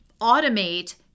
automate